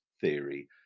theory